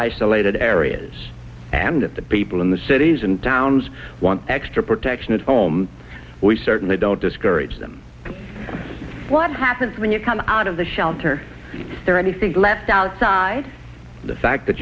isolated areas and that the people in the cities and towns want extra protection at home we certainly don't discourage them what happens when you come out of the shelter is there anything left outside the fact that